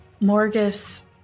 Morgus